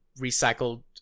recycled